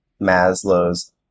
Maslow's